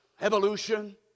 evolution